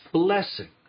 blessing